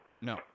No